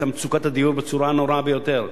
את מצוקת הדיור בצורה נוראה ביותר.